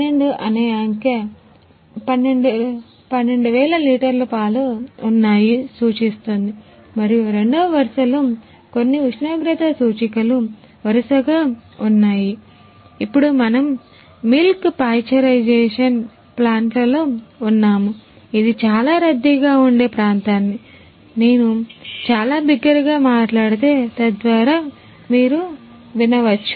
12 అనే అంకె12000 లీటర్ల పాలు ఉన్నాయి సూచిస్తుంది మరియు రెండవ వరుసలో కొన్ని ఉష్ణోగ్రత సూచికలు వరుసగా ఉన్నాయి ఇప్పుడు మనము మిల్క్ పాశ్చరైజేషన్ ప్లాంట్లలో ఉన్నాము ఇది చాలా రద్దీగా ఉండే ప్రాంతాన్ని కాబట్టి నేను చాలా బిగ్గరగా మాట్లాడితే తద్వారా మీరు వినవచ్చు